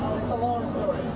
a long story.